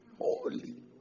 Holy